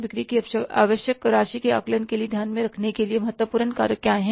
बिक्री की आवश्यक राशि के आकलन के लिए ध्यान में रखने के लिए महत्वपूर्ण कारक क्या हैं